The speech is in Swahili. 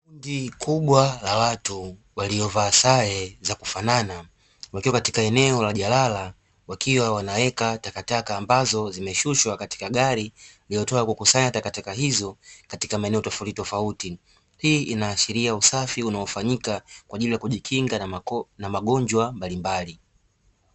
Kundi kubwa la watu waliovalia sare wakiwa wanaweka takataka katika jalala ambazo zimeshushwa katika gari iliyotoka kukusanyia takataka hizo katika maeneo tofautitofauti, hii inaashiria usafi unaofanyika kwaajili ya kujikinga na maradhi mbalimbali.